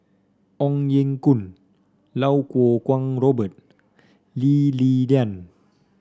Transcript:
Ong Ye Kung Iau Kuo Kwong Robert Lee Li Lian